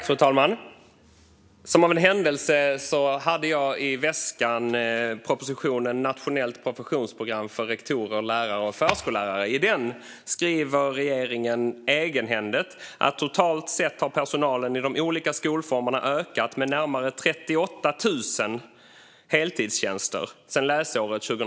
Fru talman! Som av en händelse hade jag i väskan propositionen Natio nellt professionsprogram för rektorer, lärare och förskollärare . I den skriver regeringen egenhändigt att totalt sett har personalen i de olika skolformerna ökat med närmare 38 000 heltidstjänster sedan läsåret 2014/15.